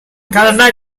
karena